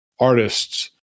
artists